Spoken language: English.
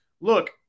look